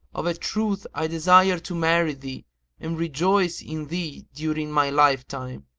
of a truth i desire to marry thee and rejoice in thee during my lifetime.